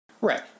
Right